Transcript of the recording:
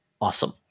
awesome